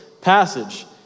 passage